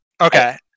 Okay